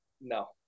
No